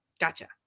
Gotcha